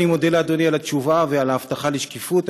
אני מודה לאדוני על התשובה ועל ההבטחה לשקיפות.